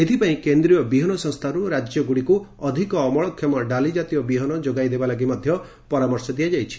ଏଥିପାଇଁ କେନ୍ଦ୍ରୀୟ ବିହନ ସଂସ୍ଥାରୁ ରାଜ୍ୟ ଗୁଡ଼ିକୁ ଅଧିକ ଅମଳକ୍ଷମ ଡାଲି କାତୀୟ ବିହନ ଯୋଗାଇ ଦେବା ଲାଗି ମଧ୍ୟ ପରାମର୍ଶ ଦିଆଯାଇଛି